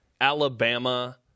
Alabama